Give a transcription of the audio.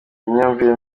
imyumvire